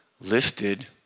lifted